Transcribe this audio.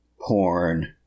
Porn